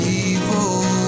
evil